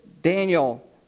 Daniel